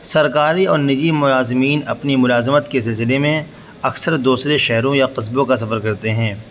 سرکاری اور نجی ملازمین اپنی ملازمت کے سلسلے میں اکثر دوسرے شہروں یا قصبوں کا سفر کرتے ہیں